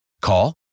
Call